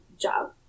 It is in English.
job